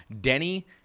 Denny